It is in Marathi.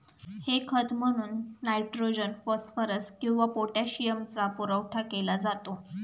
हे खत म्हणून नायट्रोजन, फॉस्फरस किंवा पोटॅशियमचा पुरवठा केला जातो